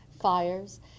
fires